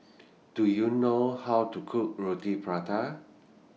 Do YOU know How to Cook Roti Prata